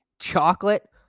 chocolate